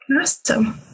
Awesome